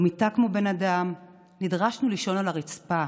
לא מיטה כמו בן אדם, נדרשנו לישון על הרצפה,